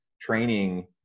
Training